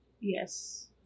Yes